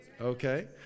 Okay